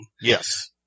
yes